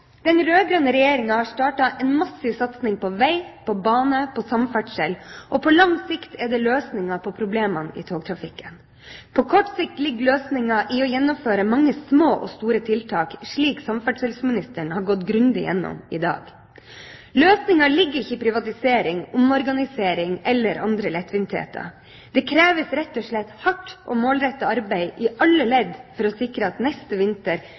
Den rød-grønne regjeringen har startet en massiv satsing på vei, på bane, på samferdsel. På lang sikt er det løsningene på problemene i togtrafikken. På kort sikt ligger løsningen i å gjennomføre mange små og store tiltak, slik samferdselsministeren har gått grundig igjennom i dag. Løsningen ligger ikke i privatisering, omorganisering eller andre lettvintheter. Det kreves rett og slett hardt og målrettet arbeid i alle ledd for å sikre at neste vinter